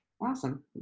Awesome